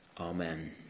Amen